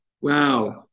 wow